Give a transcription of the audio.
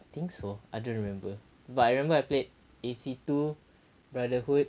I think so I don't remember but I remember I played A_C two brotherhood